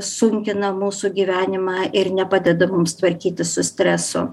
sunkina mūsų gyvenimą ir nepadeda mums tvarkytis su stresu